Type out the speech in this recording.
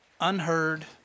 Unheard